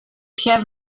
have